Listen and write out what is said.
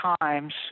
times